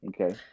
Okay